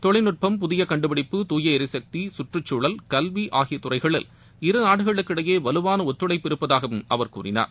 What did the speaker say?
தொழில்நுட்பம் புதிய கண்டுபிடிப்பு தூய எரிசக்தி சுற்றுக்சூழல் கல்வி ஆகிய துறைகளில் இருநாடுகளுக்கு இடையே வலுவாள ஒத்துழைப்பு இருப்பதாகவும் அவர் கூறினார்